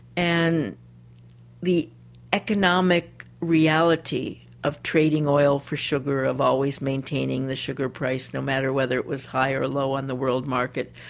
and the economic reality of trading oil for sugar, of always maintaining the sugar price no matter whether it was high or low on the world market,